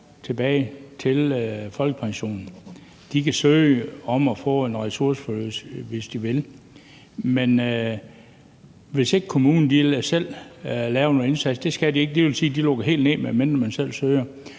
tilbage til folkepensionen. De kan søge om at få et ressourceforløb, hvis de vil, men hvis ikke kommunen selv laver nogle indsatser – det skal de ikke, og det vil sige, at de lukker helt ned, medmindre